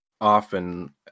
often